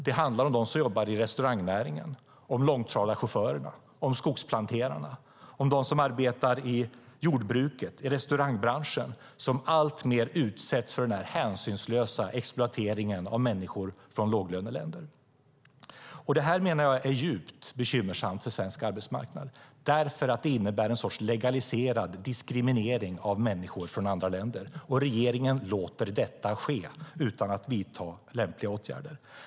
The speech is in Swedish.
Det handlar om dem som jobbar i restaurangnäringen, om långtradarchaufförerna, om skogsplanterarna och om dem som arbetar i jordbruket och som alltmer utsätts för en hänsynslös exploatering av människor från låglöneländer. Jag menar att det är djupt bekymmersamt för svensk arbetsmarknad eftersom det innebär en sorts legaliserad diskriminering av människor från andra länder. Regeringen låter det ske utan att vidta lämpliga åtgärder.